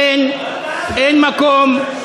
תודה, אדוני היושב-ראש.